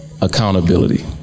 accountability